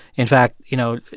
in fact, you know,